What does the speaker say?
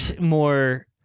more